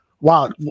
Wow